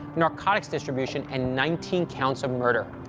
narcotics distribution, and nineteen counts of murder.